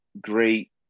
great